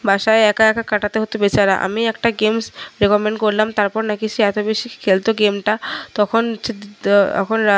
বাসায় একা একা কাটাতে হত বেচারা আমি একটা গেমস রেকমেন্ড করলাম তারপর সে নাকি এত বেশি খেলত গেমটা তখন এখন